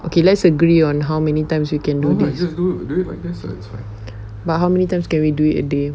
okay let's agree on how many times you can do this but how many times can we do it a day